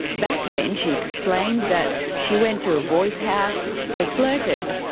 back then she explained that she went to a boy's house, they flirted,